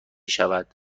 شود